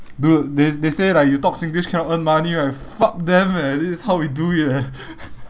dude they they say like you talk singlish you cannot earn money right fuck them eh this is how we do it eh